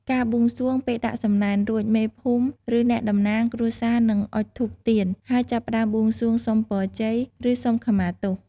ការបួងសួង ពេលដាក់សំណែនរួច មេភូមិ ឬអ្នកតំណាងគ្រួសារនឹងអុជធូបទៀន ហើយចាប់ផ្ដើមបួងសួងសុំពរជ័យ ឬសុំខមាទោស។